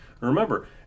Remember